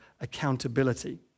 accountability